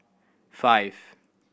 five